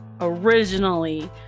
originally